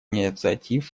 инициатив